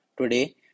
Today